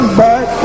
back